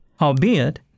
albeit